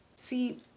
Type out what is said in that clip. See